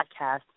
Podcast